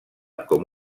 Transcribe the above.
com